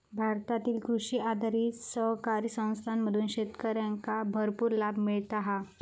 भारतातील कृषी आधारित सहकारी संस्थांमधून शेतकऱ्यांका भरपूर लाभ मिळता हा